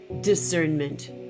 discernment